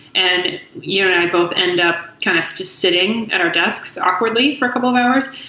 and you and i both end up kind of just sitting at our desks awkwardly for a couple of hours.